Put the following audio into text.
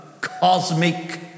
cosmic